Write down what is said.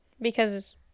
Because-